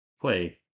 play